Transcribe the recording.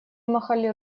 махали